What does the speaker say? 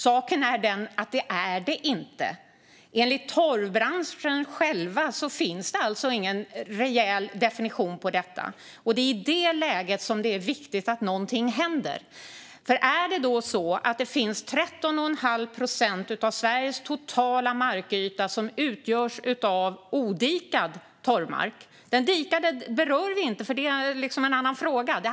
Saken är den att det inte är så. Enligt torvbranschen själv finns det ingen rejäl definition av detta. Det är i det läget som det är viktigt att någonting händer. Av Sveriges totala markyta utgörs 13 1⁄2 procent av odikad torvmark. Den dikade berör vi inte; det är en annan fråga.